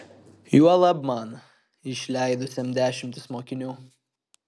juolab man išleidusiam dešimtis mokinių